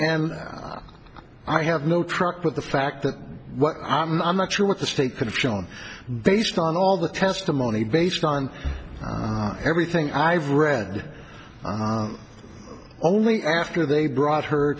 and i have no truck with the fact that i'm not i'm not sure what the state could have shown based on all the testimony based on everything i've read only after they brought her